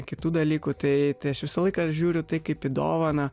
kitų dalykų tai tai aš visą laiką žiūriu tai kaip į dovaną